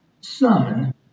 son